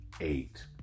eight